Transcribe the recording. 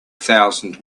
thousand